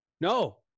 No